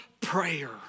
prayer